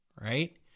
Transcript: right